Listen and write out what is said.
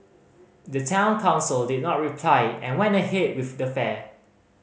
the Town Council did not reply and went ahead with the fair